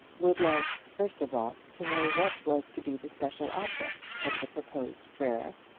would like, first of all, to know what was to be the special object of the proposed prayer,